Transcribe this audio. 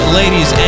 ladies